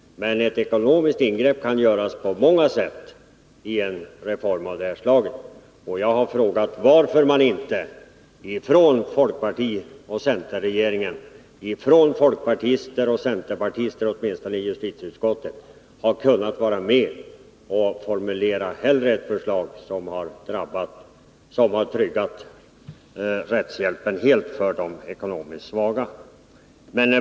Ett ekonomiskt ingrepp kan göras på många sätt i en reform av det här slaget. Jag har frågat varför man inte från regeringen eller åtminstone från folkpartiets och centerpartiets sida i justitieutskottet har kunnat vara med om att formulera ett förslag som helt tryggar rättshjälpen för de ekonomiskt svaga.